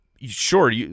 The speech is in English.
sure